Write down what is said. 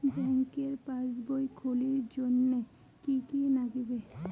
ব্যাঙ্কের পাসবই খুলির জন্যে কি কি নাগিবে?